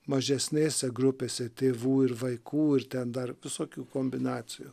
mažesnėse grupėse tėvų ir vaikų ir ten dar visokių kombinacijų